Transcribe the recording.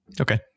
Okay